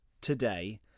today